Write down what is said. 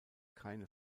keine